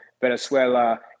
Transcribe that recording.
Venezuela